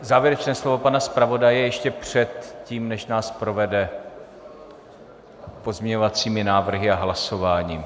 Závěrečné slovo pana zpravodaje ještě předtím, než nás provede pozměňovacími návrhy a hlasováním.